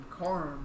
Karm